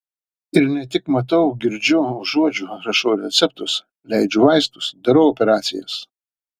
ir ne tik matau girdžiu užuodžiu rašau receptus leidžiu vaistus darau operacijas